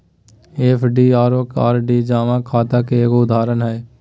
FD आरो RD जमा खाता के एगो उदाहरण हय